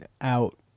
out